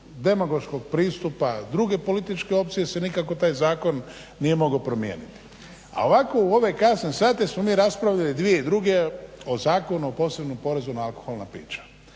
demagoškog pristupa druge političke opcije se nikako taj zakon nije mogao promijeniti. A ovako u ove kasne sate smo mi raspravljali 2002. o Zakonu o posebnom porezu na alkoholna pića,